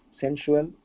sensual